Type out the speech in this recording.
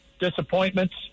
disappointments